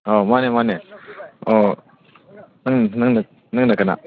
ꯑꯥꯎ ꯃꯥꯅꯦ ꯃꯥꯅꯦ ꯑꯣ ꯅꯪ ꯅꯪꯅ ꯅꯪꯅ ꯀꯅꯥ